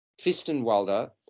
Fistenwalder